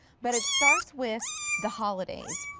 but it starts with the holidays,